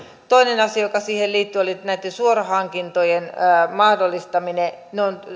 toinen asia joka siihen liittyi oli näitten suorahankintojen mahdollistaminen